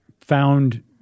found